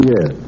Yes